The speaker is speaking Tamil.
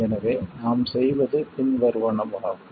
எனவே நாம் செய்வது பின்வருவனவாகும்